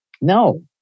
No